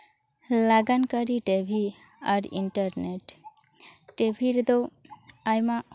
ᱞᱟᱜᱟᱱᱠᱟᱹᱨᱤ TV ᱵᱷᱤ ᱟᱨ internet ᱴᱮ ᱵᱷᱤ ᱨᱮᱫᱚ ᱟᱭᱢᱟ